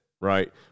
right